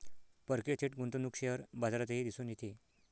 परकीय थेट गुंतवणूक शेअर बाजारातही दिसून येते